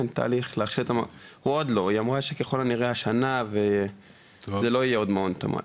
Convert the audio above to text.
היא אמרה שככל הנראה השנה זה לא יהיה עוד מעון תמ"ת.